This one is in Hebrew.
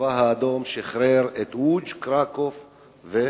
הצבא האדום שחרר את לודז', קרקוב וקושיצה.